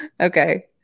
Okay